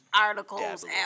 articles